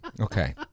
Okay